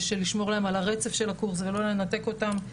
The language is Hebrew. לשמור להם על הרצף של הקורס ולא לנתק אותם.